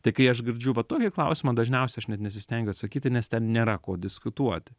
tai kai aš girdžiu va tokį klausimą dažniausiai aš net nesistengiu atsakyti nes ten nėra ko diskutuoti